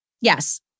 Yes